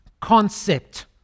concept